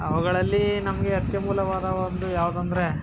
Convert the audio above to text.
ಅವುಗಳಲ್ಲಿ ನಮಗೆ ಅತ್ಯಮೂಲ್ಯವಾದ ಒಂದು ಯಾವುದು ಅಂದರೆ